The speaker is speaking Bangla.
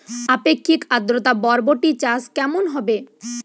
আপেক্ষিক আদ্রতা বরবটি চাষ কেমন হবে?